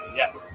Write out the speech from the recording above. yes